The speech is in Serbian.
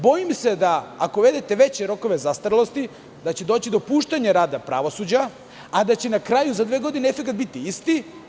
Bojim se, ako uvedete veće rokove zastarelosti, da će doći do opuštanja rada pravosuđa, a da će na kraju za dve godine efekat biti isti.